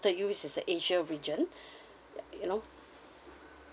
you is the asia region like you know